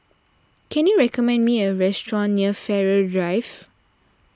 can you recommend me a restaurant near Farrer Drive